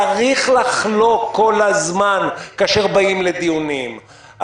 צריך לחלוק כל הזמן כאשר באים לדיונים.